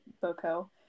Boko